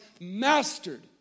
mastered